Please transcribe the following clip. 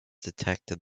detected